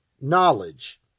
knowledge